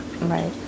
Right